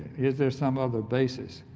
if there's some other basis.